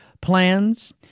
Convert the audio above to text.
plans